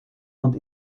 und